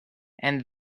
and